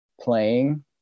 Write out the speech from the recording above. playing